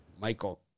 Michael